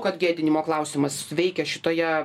kad gėdinimo klausimas veikia šitoje